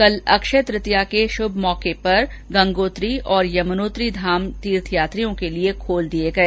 कल अक्षय तृतीया के शुभ अवसर पर गंगोत्री और यमुनोत्री धाम तीर्थयात्रियों के लिए खोल दिए गए